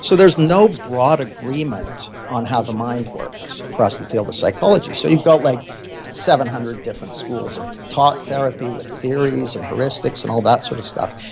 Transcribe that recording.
so there's no broad agreement on how the mind works across the field of psychology. so you've got like seven hundred different schools of talk therapy with theories, and heuristics, and all that sort of stuff.